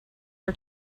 her